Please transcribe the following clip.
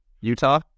Utah